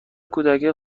کودکی